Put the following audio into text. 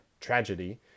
tragedy